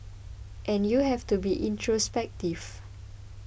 and you have to be introspective